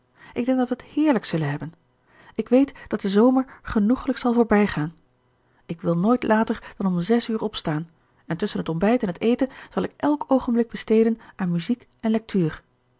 ik denk dat we t heerlijk zullen hebben ik weet dat de zomer genoeglijk zal voorbijgaan ik wil nooit later dan om zes uur opstaan en tusschen t ontbijt en het eten zal ik elk oogenblik besteden aan muziek en lectuur